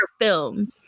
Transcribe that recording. film